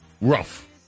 rough